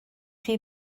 chi